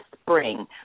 spring